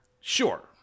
Sure